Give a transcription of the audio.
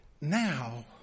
now